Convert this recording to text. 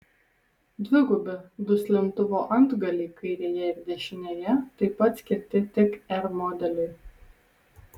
dvigubi duslintuvo antgaliai kairėje ir dešinėje taip pat skirti tik r modeliui